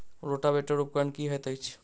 Rotavator उपकरण की हएत अछि?